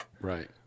Right